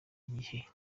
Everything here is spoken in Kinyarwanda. igihe